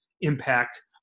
impact